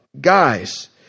guys